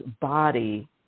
body